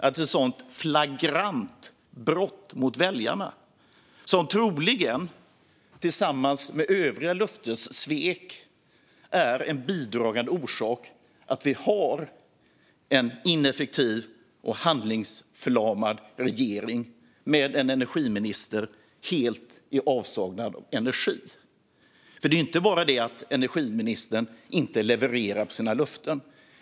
Ett sådant flagrant löftesbrott mot väljarna är troligen, tillsammans med övriga svek, en bidragande orsak till att vi har en ineffektiv och handlingsförlamad regering med en energiminister helt i avsaknad av energi. Det är ju inte bara det att energiministern inte levererar på sina löften.